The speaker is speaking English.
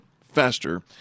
faster